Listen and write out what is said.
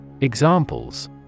Examples